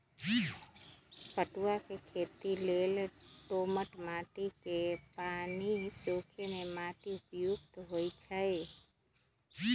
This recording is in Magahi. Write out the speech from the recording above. पटूआ के खेती लेल दोमट माटि जे पानि सोखे से माटि उपयुक्त होइ छइ